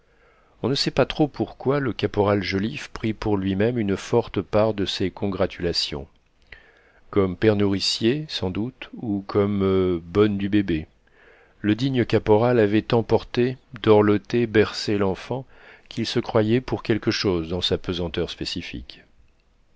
on ne sait pas trop pourquoi le caporal joliffe prit pour lui-même une forte part de ces congratulations comme père nourricier sans doute ou comme bonne du bébé le digne caporal avait tant porté dorloté bercé l'enfant qu'il se croyait pour quelque chose dans sa pesanteur spécifique